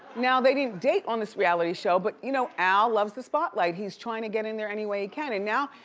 now they didn't date on this reality show, but you know al loves the spotlight. he's trying to get in there any way he can, and now,